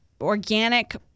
organic